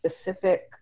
specific